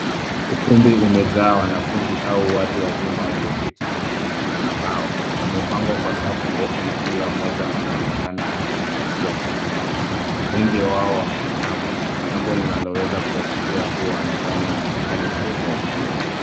Ukumbi umejaa wanafunzi au watu wazima walioketi kwenye viti vya mbao. Wamepangwa kwa safu ndefu na kila mmoja anaonekana akizingatia kazi yake. wengi wao wameinama jambo linaloweza kuashiria kuwa wanafanya mtihani au jaribio.